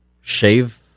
shave